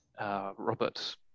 Robert